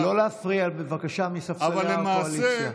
הממשלה, לא להפריע, בבקשה, מספסלי הקואליציה.